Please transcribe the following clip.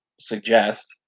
suggest